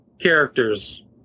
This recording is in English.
characters